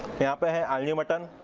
yeah but have alani mutton